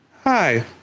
Hi